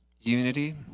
unity